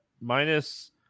minus